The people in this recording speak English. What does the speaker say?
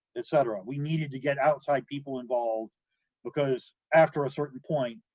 etc, we needed to get outside people involved because, after a certain point,